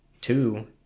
two